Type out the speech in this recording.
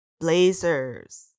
Blazers